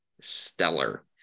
stellar